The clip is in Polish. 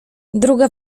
druga